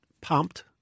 pumped